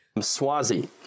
Swazi